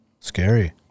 Scary